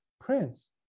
Prince